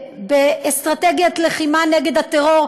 באסטרטגיית לחימה נגד הטרור,